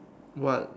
what